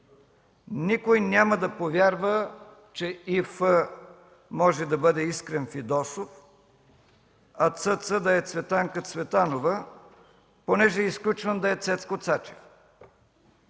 Никой няма да повярва, че ИФ може да бъде Искрен Фидосов, а ЦЦ да е Цветанка Цветанова, понеже изключвам да е Цецко Цачев.